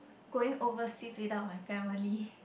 going overseas without my family